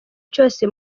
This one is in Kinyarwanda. cyose